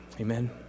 Amen